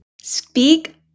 Speak